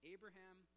Abraham